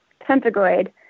pentagoid